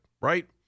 right